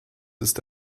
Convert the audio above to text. ist